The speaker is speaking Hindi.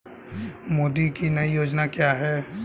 मोदी की नई योजना क्या है?